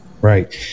Right